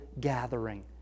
gathering